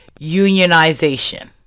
unionization